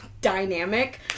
dynamic